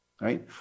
right